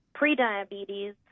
Prediabetes